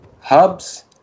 hubs